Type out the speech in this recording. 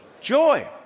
joy